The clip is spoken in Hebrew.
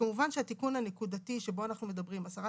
כמובן שהתיקון הנקודתי שבו אנחנו מדברים - הסרת